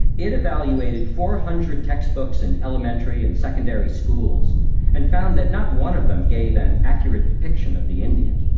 it evaluated four hundred textbooks in elementary and secondary schools and found that not one of them gave an accurate depiction of the indian.